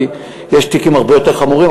כי יש תיקים הרבה יותר חמורים.